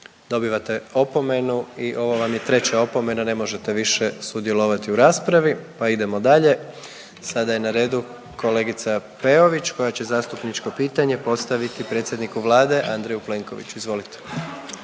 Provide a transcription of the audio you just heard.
Dobivate opomenu i ovo vam je treća opomena, ne možete više sudjelovati u raspravi, pa idemo dalje. **Jandroković, Gordan (HDZ)** Sada je na redu kolegica Peović, koja će zastupničko pitanje postaviti predsjedniku Vlade Andreju Plenkoviću. Izvolite.